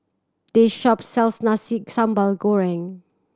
this shop sells Nasi Sambal Goreng